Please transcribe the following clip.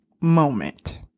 moment